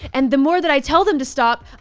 and the more that i tell them to stop,